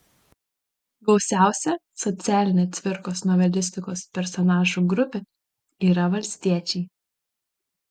gausiausia socialinė cvirkos novelistikos personažų grupė yra valstiečiai